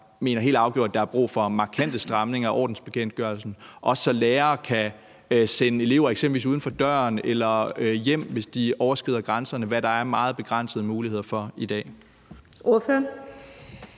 mener, at der er brug for markante stramninger af ordensbekendtgørelsen, også så lærere eksempelvis kan sende elever uden for døren eller hjem, hvis de overskrider grænserne, hvad der er meget begrænsede muligheder for i dag.